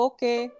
Okay